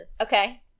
Okay